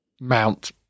Mount